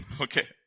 Okay